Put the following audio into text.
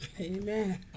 Amen